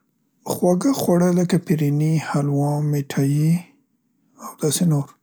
خواږه خواړه لکه پیرني، حلوا، مټايي او داسې نور.